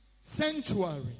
sanctuary